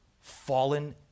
fallen